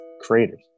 creators